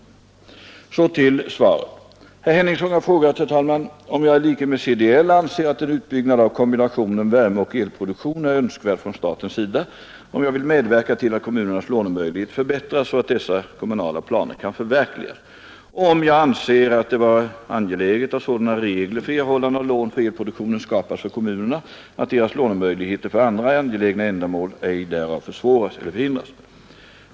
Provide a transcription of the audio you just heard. Jag övergår därefter till svaret: Herr Henningsson har frågat, herr talman, om jag i likhet med CDL anser att en utbyggnad av kombinationen värmeoch elproduktion är önskvärd från statens sida, om jag vill medverka till att kommunernas lånemöjligheter förbättras, så att dessa kommunala planer kan förverkligas och om jag anser det vara angeläget att sådana regler för erhållande av lån för elproduktionen skapas för kommunerna att deras lånemöjligheter för andra angelägna ändamål ej därav försvåras eller förhindras.